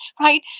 right